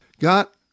got